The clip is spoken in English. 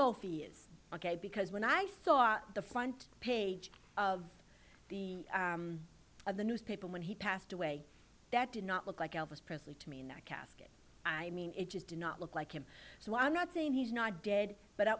know if he is ok because when i saw the front page of the of the newspaper when he passed away that did not look like elvis presley to me in that casket i mean it just did not look like him so i'm not saying he's not dead but